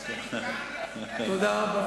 בבקשה.